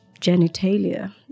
genitalia